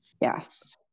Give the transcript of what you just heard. Yes